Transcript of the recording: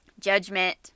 judgment